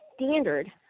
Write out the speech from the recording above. standard